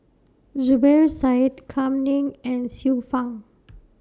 Zubir Said Kam Ning and Xiu Fang